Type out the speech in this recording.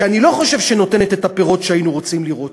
שאני לא חושב שהייתה נותנת את הפירות שהיינו רוצים לראות.